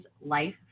life